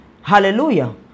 Hallelujah